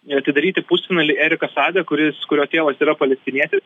atidaryti pusfinalį eriką sadą kuris kurio tėvas yra palestinietis